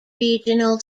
regional